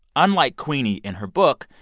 unlike queenie in her book,